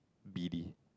B D